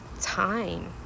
time